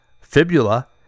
fibula